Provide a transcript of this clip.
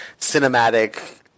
cinematic